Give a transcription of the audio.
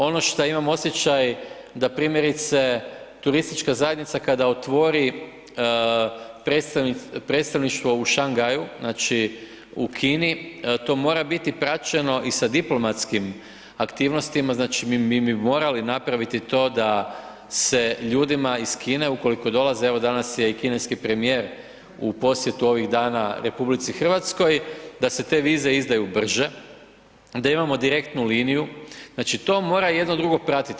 Ono šta imam osjećaj da primjerice turistička zajednica kada otvori predstavništvo u Šangaju, znači, u Kini, to mora biti praćeno i sa diplomatskim aktivnostima, znači, mi bi morali napraviti to da se ljudima iz Kine ukoliko dolaze, evo danas je i kineski premijer u posjetu ovih dana RH, da se te vize izdaju brže, da imamo direktnu liniju, znači, to mora jedno drugo pratiti.